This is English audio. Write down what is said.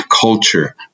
culture